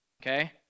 Okay